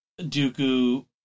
Dooku